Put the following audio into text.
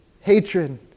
hatred